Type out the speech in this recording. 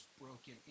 broken